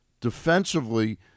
Defensively